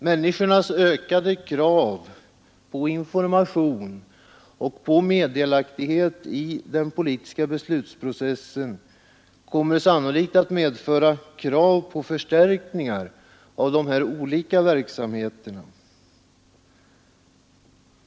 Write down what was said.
Människornas ökade krav på information och på meddelaktighet i den politiska beslutsprocessen kommer sannolikt att medföra krav på förstärkningar av dessa olika verksamheter.